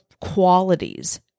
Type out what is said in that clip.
qualities